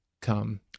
come